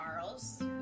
Charles